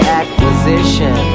acquisition